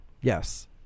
Yes